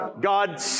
God